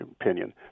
opinion